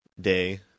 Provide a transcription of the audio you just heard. day